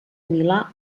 milà